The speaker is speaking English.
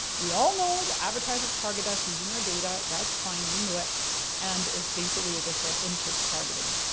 we all know the advertisers target us using our data, that's fine we knew it and as basically as i said interest targeting.